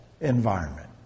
environment